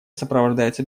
сопровождается